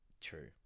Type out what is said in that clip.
true